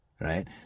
right